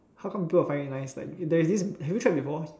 how come people will find it nice like there's this have you tried before